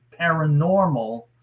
paranormal